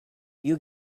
you